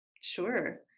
sure